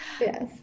Yes